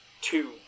two